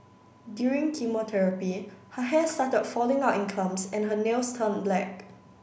during chemotherapy her hair started falling out in clumps and her nails turned black